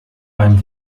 beim